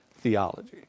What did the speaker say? theology